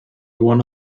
one